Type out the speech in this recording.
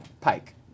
Pike